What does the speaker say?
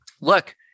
look